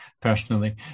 personally